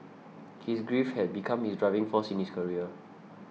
his grief had become his driving force in his career